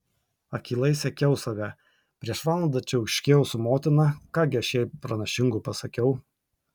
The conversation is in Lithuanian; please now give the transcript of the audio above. akylai sekiau save prieš valandą čiauškėjau su motina ką gi aš jai pranašingo pasakiau